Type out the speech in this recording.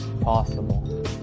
Possible